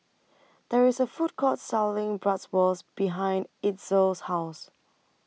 There IS A Food Court Selling Bratwurst behind Itzel's House